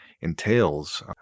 entails